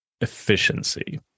efficiency